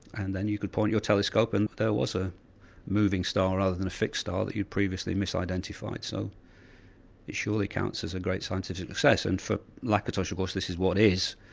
and then you could point your telescope and there was a moving star other than fixed star that you'd previously misidentified. so it surely counts as a great scientific success. and for lakatos of course this is what is.